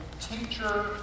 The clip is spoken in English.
teacher